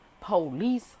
police